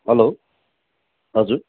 hello हजुर